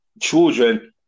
children